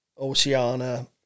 Oceana